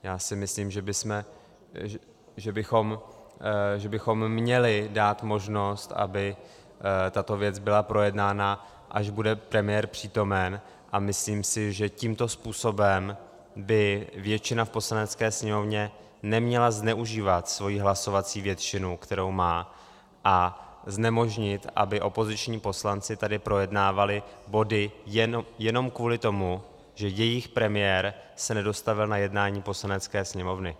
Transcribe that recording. Já si myslím, že bychom měli dát možnost, aby tato věc byla projednána, až bude premiér přítomen, a myslím si, že tímto způsobem by většina v Poslanecké sněmovně neměla zneužívat svoji hlasovací většinu, kterou má, a znemožnit, aby opoziční poslanci tady projednávali body jenom kvůli tomu, že jejich premiér se nedostavil na jednání Poslanecké sněmovny.